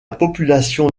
population